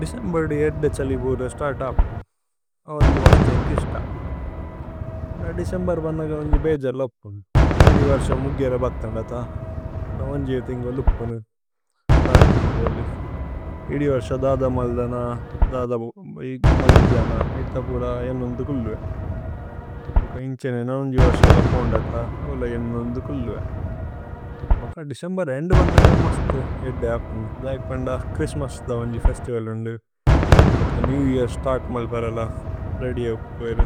ദേചേമ്ബേര് ദേ ഏദ്ദേ ഛലി ബുരേ സ്തര്ത് ആപ്പുന്। ഓ വേന്ജി മസ്തി ഏന്കി ഇസ്ത ദേചേമ്ബേര് ബന്നേഗ। വേന്ജി ബേജേര് ലപ്പുന് ഇദി വര്സ മുഗ്ഗേരേ। ബത്തന് ദത്ത ഓനേജേ തേന്ഗോല് ഉപ്പുനു ലസ്ത്। തേന്ഗോലു ഇദി വര്സ ദദ മല്ദന ദദ। മല്ദിജന ഐഥ പുര ഏന്നുന്ദു കുല്ലുവേ। ഭക്ക ഇന്ഛനേ ന വേന്ജി വര്സ ലപ്പുന്। ദത്ത ഓവേല ഏന്നുന്ദു കുല്ലുവേ ഭക്ക। ദേചേമ്ബേര് ഏന്ദു ബന്നേഗ മസ്തി ഏദ്ദേ ആപ്പുന്। ദൈക് പന്ദ ഛ്ഹ്രിസ്ത്മസ് ദ വേന്ജി ഫേസ്തിവല്। ഉന്ദു ഭക്ക നേവ് യേഅര് സ്തര്ത് മല്പരേല। രേഅദ്യ് ആപ്പുന് വേരു